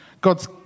God's